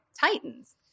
Titans